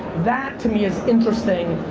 that, to me, is interesting